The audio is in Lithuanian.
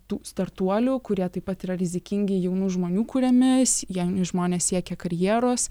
tų startuolių kurie taip pat yra rizikingi jaunų žmonių kuriami jauni žmonės siekia karjeros